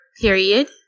period